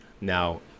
now